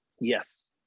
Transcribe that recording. Yes